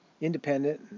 independent